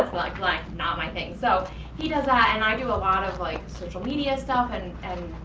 it's like like not my thing. so he does that and i do a lot of like social media stuff and and